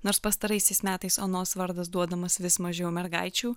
nors pastaraisiais metais onos vardas duodamas vis mažiau mergaičių